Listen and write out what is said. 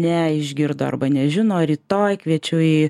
neišgirdo arba nežino rytoj kviečiu į